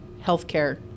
healthcare